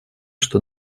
что